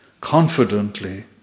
confidently